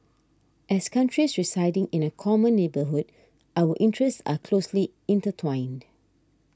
as countries residing in a common neighbourhood our interests are closely intertwined